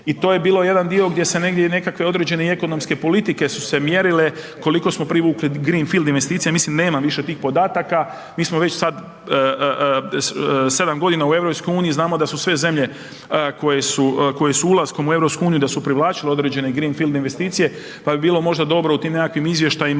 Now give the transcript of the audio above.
i to je bio jedan dio gdje se negdje nekakve određene ekonomske politike su se mjerile koliko smo privukli greenfield investicija, mislim nema više tih podataka. Mi smo već sada sedam godina u EU i znamo da su sve zemlje koje su ulaskom u EU da su privlačile određene greenfield investicije pa bi bilo možda dobro u tim nekakvim izvještajima